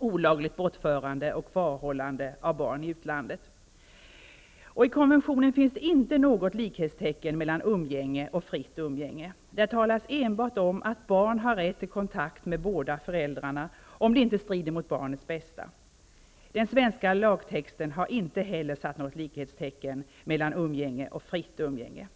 olagligt bortförande och kvarhållande av barn i utlandet. I konventionen finns det inte något likhetstecken mellan umgänge och fritt umgänge. Där talas enbart om att barn har rätt till kontakt med båda föräldrarna, om det inte strider mot barnets bästa. Den svenska lagtexten har inte heller satt något likhetstecken mellan umgänge och fritt umgänge.